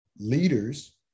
leaders